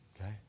Okay